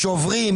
שוברים,